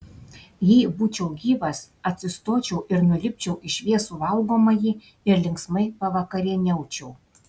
jei būčiau gyvas atsistočiau ir nulipčiau į šviesų valgomąjį ir linksmai pavakarieniaučiau